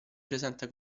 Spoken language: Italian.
presenta